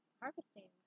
harvesting